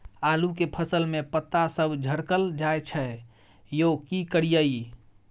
आलू के फसल में पता सब झरकल जाय छै यो की करियैई?